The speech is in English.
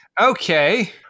Okay